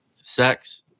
sex